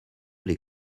les